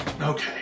Okay